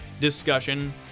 discussion